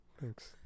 thanks